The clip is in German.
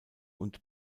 und